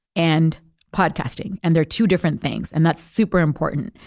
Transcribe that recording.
and podcasting, and they are two different things. and that's super important.